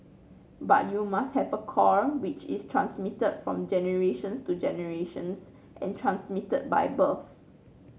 but you must have a core which is transmitted from generations to generations and transmitted by birth